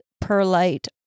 perlite